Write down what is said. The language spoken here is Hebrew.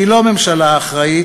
היא לא ממשלה אחראית,